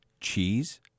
cheese